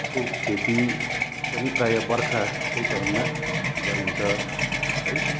को खेती पनि प्राय बर्खाकै टाइममा गरिन्छ है